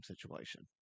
situation